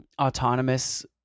autonomous